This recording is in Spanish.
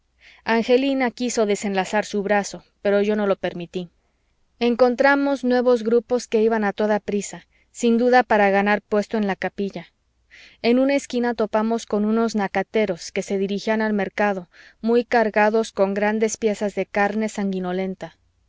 angelina quiso desenlazar su brazo pero yo no lo permití encontramos nuevos grupos que iban a toda prisa sin duda para ganar puesto en la capilla en una esquina topamos con unos nacateros que se dirigían al mercado muy cargados con grandes piezas de carne sanguinolenta